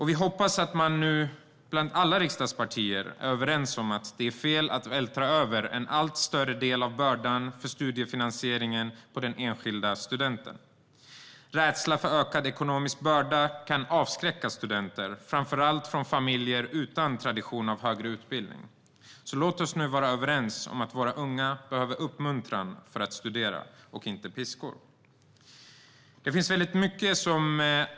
Vi hoppas att alla riksdagspartier är överens om att det är fel att vältra över en allt större del av bördan för studiefinansieringen på den enskilda studenten. Rädsla för ökad ekonomisk börda kan avskräcka studenter, framför allt från familjer utan tradition av högre utbildning. Låt oss därför vara överens om att våra unga behöver uppmuntran för att studera, inte piskor.